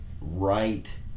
right